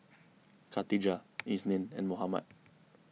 Khatijah Isnin and Muhammad